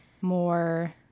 more